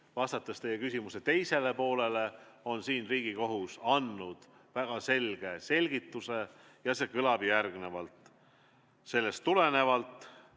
Vastates teie küsimuse teisele poolele, on Riigikohus andnud väga selge selgituse ja see kõlab järgnevalt: "Sellest tulenevalt"